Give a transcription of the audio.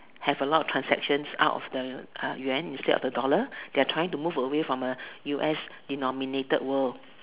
have a lot of transactions out of the uh yuan instead of the dollar they are trying to move away from the U_S denominated world